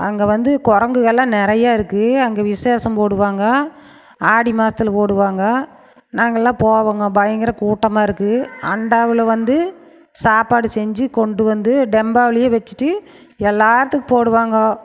அங்கே வந்து குரங்குகள்லாம் நிறையா இருக்குது அங்கே விசேஷம் போடுவாங்க ஆடி மாதத்துல போடுவாங்க நாங்கெல்லாம் போவோங்க பயங்கர கூட்டமாக இருக்கும் அண்டாவில் வந்து சாப்பாடு செஞ்சு கொண்டு வந்து டெம்பாவிலியே வெச்சுட்டு எல்லாருத்துக்கும் போடுவாங்கோ